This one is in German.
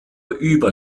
über